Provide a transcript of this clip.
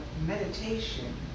meditation